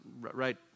right